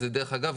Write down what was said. דרך אגב,